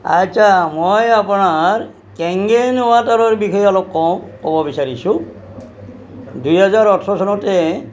আচ্ছা মই আপোনাৰ কেংগেন ৱাটাৰৰ বিষয়ে অলপ কওঁ ক'ব বিচাৰিছোঁ দুহেজাৰ ওঠৰ চনতে